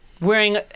wearing